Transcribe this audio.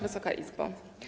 Wysoka Izbo!